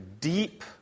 deep